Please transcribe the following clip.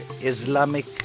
Islamic